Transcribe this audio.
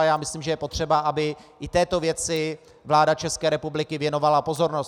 Já myslím, že je potřeba, aby i této věci vláda České republiky věnovala pozornost.